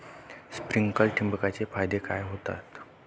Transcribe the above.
Sprinklers ठिबक चे फायदे काय होतात?